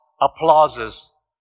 applauses